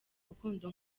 urukundo